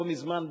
לא מזמן,